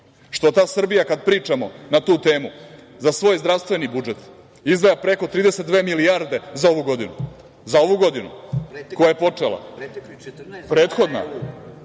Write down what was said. Što ta Srbija, kad pričamo na tu temu, za svoj zdravstveni budžet izdvaja preko 32 milijarde za ovu godinu, za ovu godinu koja počela. Prethodna